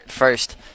first